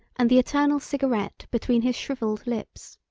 and the eternal cigarette between his shrivelled lips.